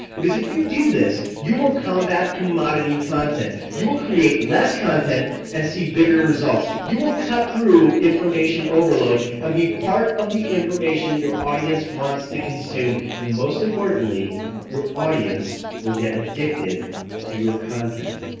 if you do this you will combat commodity content, you will create less content and see bigger results. you will cut through information overload and be part of the information your audience wants to consume, and most importantly your audience will get addicted to your content.